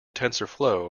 tensorflow